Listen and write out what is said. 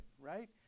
right